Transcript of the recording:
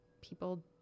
people